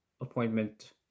appointment